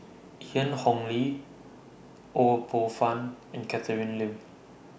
Ian Ong Li Ho Poh Fun and Catherine Lim